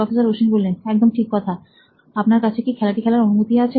professor Ashwin একদম ঠিক কথাআপনার কাছে কি খেলাটি খেলার অনুমতি আছে